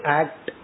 act